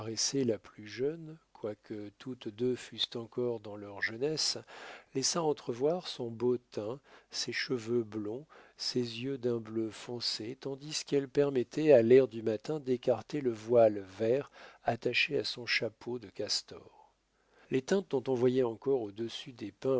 la plus jeune quoique toutes deux fussent encore dans leur jeunesse laissa entrevoir son beau teint ses cheveux blonds ses yeux d'un bleu foncé tandis qu'elle permettait à l'air du matin d'écarter le voile vert attaché à son chapeau de castor les teintes dont on voyait encore au-dessus des pins